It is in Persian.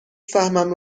سهمم